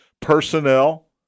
personnel